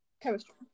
Chemistry